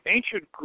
Ancient